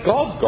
God